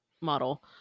model